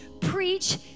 preach